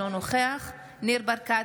אינו נוכח ניר ברקת,